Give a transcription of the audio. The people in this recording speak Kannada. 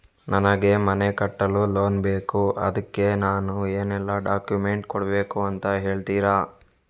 ನನಗೆ ಮನೆ ಕಟ್ಟಲು ಲೋನ್ ಬೇಕು ಅದ್ಕೆ ನಾನು ಏನೆಲ್ಲ ಡಾಕ್ಯುಮೆಂಟ್ ಕೊಡ್ಬೇಕು ಅಂತ ಹೇಳ್ತೀರಾ?